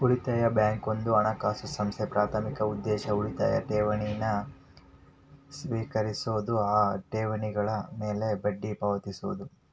ಉಳಿತಾಯ ಬ್ಯಾಂಕ್ ಒಂದ ಹಣಕಾಸು ಸಂಸ್ಥೆ ಪ್ರಾಥಮಿಕ ಉದ್ದೇಶ ಉಳಿತಾಯ ಠೇವಣಿನ ಸ್ವೇಕರಿಸೋದು ಆ ಠೇವಣಿಗಳ ಮ್ಯಾಲೆ ಬಡ್ಡಿ ಪಾವತಿಸೋದು